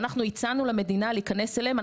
שאנחנו הצענו למדינה להיכנס אליהם.